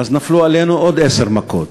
נפלו עלינו עוד עשר מכות.